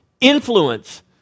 influence